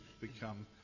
become